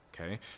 okay